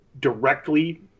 directly